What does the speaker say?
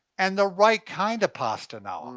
and the right kind of pasta now. um